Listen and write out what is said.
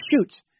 shoots